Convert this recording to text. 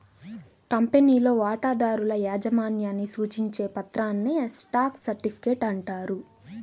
కంపెనీలో వాటాదారుల యాజమాన్యాన్ని సూచించే పత్రాన్నే స్టాక్ సర్టిఫికేట్ అంటారు